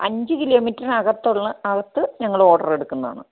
അഞ്ച് കിലോമീറ്ററിനകത്തുള്ള അകത്ത് ഞങ്ങൾ ഓർഡർ എടുക്കുന്നതാണ്